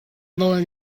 nawl